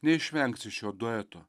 neišvengsi šio dueto